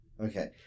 Okay